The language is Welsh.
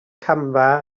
camfa